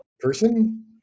person